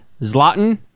Zlatan